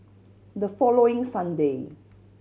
the following Sunday